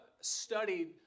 studied